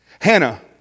Hannah